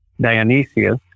Dionysius